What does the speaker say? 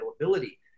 availability